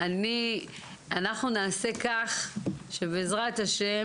אנחנו נעשה כך שבעזרת ה'